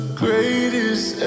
greatest